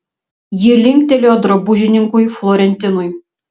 ji linktelėjo drabužininkui florentinui